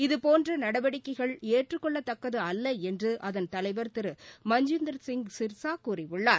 இதுபோன்ற நடவடிக்கைகள் ஏற்றுக்கொள்ளத்தக்கது அல்ல என்று அதன் தலைவர் திரு மஞ்ஜீந்தர் சிங் சிர்சா கூறியுள்ளார்